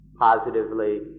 positively